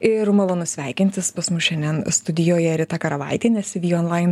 ir malonu sveikintis pas mus šiandien studijoje rita karavaitienė cv online